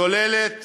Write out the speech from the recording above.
צוללת